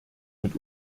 mit